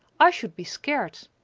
i should be scared.